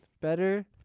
better